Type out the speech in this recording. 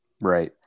Right